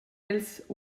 els